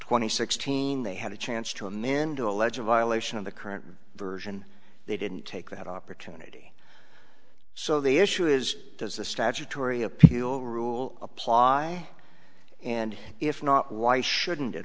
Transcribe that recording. twenty sixteen they had a chance to amanda allege of violation of the current version they didn't take that opportunity so the issue is does the statutory appeal rule apply and if not why shouldn't